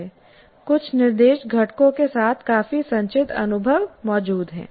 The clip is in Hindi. कुछ निर्देश घटकों के साथ काफी संचित अनुभव मौजूद है